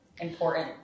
important